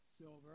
silver